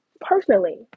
personally